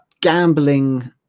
gambling